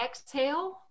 exhale